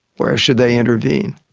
where should they intervene?